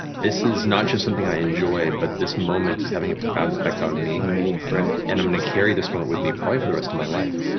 this is not just something i enjoy, but this moment is having a profound effect on me. on me, right. and i'm gonna carry this moment with me probably for the rest of my life.